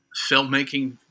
filmmaking